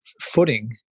footing